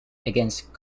against